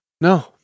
No